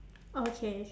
okay